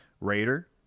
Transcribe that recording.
Raider